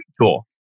tool